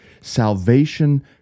salvation